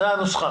זו הנוסחה.